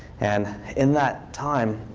and in that time,